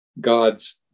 God's